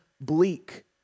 bleak